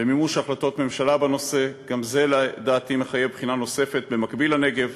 ומימוש החלטות ממשלה בנושא: גם זה לדעתי מחייב בחינה נוספת במקביל לנגב.